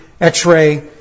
X-ray